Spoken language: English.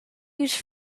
used